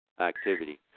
activity